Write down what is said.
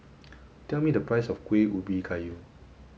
tell me the price of Kuih Ubi Kayu